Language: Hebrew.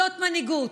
זאת מנהיגות.